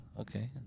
Okay